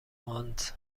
مانتس